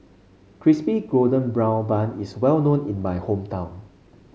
Crispy Golden Brown Bun is well known in my hometown